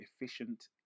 efficient